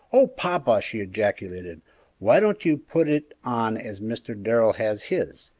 oh, papa! she ejaculated why don't you put it on as mr. darrell has his?